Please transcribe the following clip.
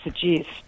suggest